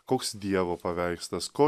koks dievo paveikslas ko